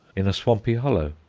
in a swampy hollow.